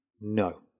No